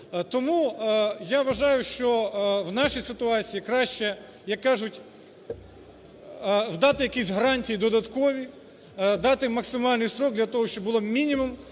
Тому я вважаю, що в нашій ситуації краще, як кажуть дати якісь гарантії додаткові, дати максимальний строк для того, щоб було мінімум